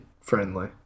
friendly